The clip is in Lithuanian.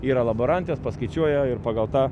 yra laborantės paskaičiuoja ir pagal tą